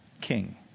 king